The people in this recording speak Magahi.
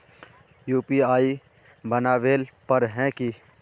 यु.पी.आई बनावेल पर है की?